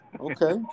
Okay